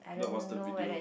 blockbuster video